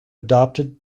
adopted